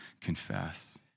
confess